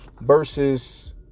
versus